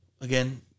again